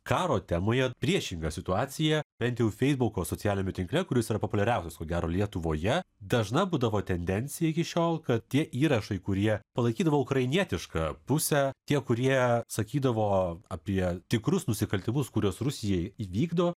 karo temoje priešinga situacija bent jau feisbuko socialiniame tinkle kuris yra populiariausias ko gero lietuvoje dažna būdavo tendencija iki šiol kad tie įrašai kurie palaikydavo ukrainietišką pusę tie kurie sakydavo apie tikrus nusikaltimus kuriuos rusija įvykdo